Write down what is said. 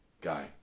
guy